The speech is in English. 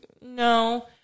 no